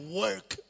work